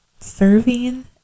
Serving